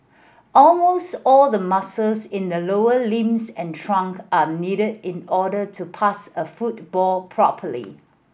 almost all the muscles in the lower limbs and trunk are needed in order to pass a football properly